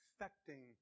affecting